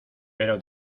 pero